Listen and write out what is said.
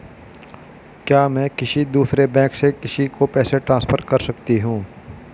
क्या मैं किसी दूसरे बैंक से किसी को पैसे ट्रांसफर कर सकती हूँ?